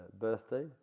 birthday